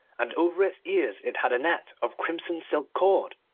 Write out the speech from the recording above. and over its ears it had a net of crimson silk cord.